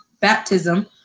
baptism